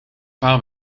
paar